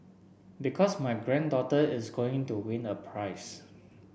because my granddaughter is going to win a prize